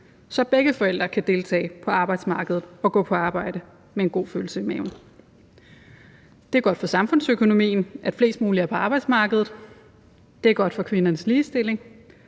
så begge forældre kan deltage på arbejdsmarkedet og gå på arbejde med en god følelse i maven. Det er godt for samfundsøkonomien, at flest muligt er på arbejdsmarkedet. Det er godt for kvindernes ligestilling,